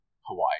Hawaii